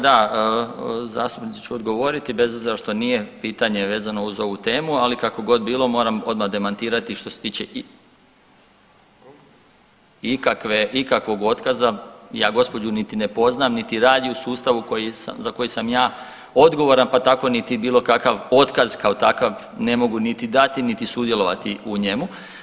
Da, zastupnici ću odgovoriti bez obzira što nije pitanje vezano uz ovu temu, ali kako god bilo moram odmah demantirati što se tiče ikakve, ikakvog otkaza, ja gospođu niti ne poznajem, niti radi u sustavu za koji sam ja odgovoran, pa tako niti bilo kakav otkaz kao takav ne mogu niti dati, niti sudjelovati u njemu.